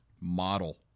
model